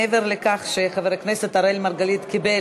מעבר לכך שחבר הכנסת אראל מרגלית קיבל